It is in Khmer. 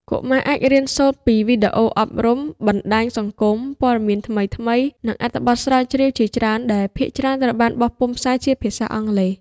កុមារអាចរៀនសូត្រពីវីដេអូអប់រំ បណ្តាញសង្គម ពត៌មានថ្មីៗ និងអត្ថបទស្រាវជ្រាវជាច្រើនដែលភាគច្រើនត្រូវបានបោះពុម្ពផ្សាយជាភាសាអង់គ្លេស។